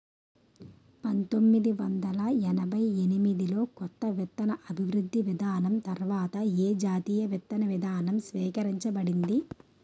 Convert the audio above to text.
పంతోమ్మిది వందల ఎనభై ఎనిమిది లో కొత్త విత్తన అభివృద్ధి విధానం తర్వాత ఏ జాతీయ విత్తన విధానం స్వీకరించబడింది?